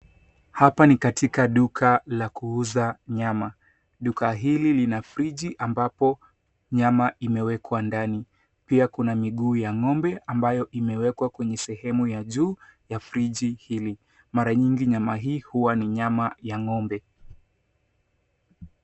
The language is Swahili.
Hapa ni katika duka la kuuza nyama. Duka hili lina friji ambapo nyama imewekwa ndani. Pia kuna miguu ya ng'ombe ambayo imewekwa kwenye sehemu ya juu ya friji hili. Mara nyingi nyama hii huwa ni nyama ya ng'ombe.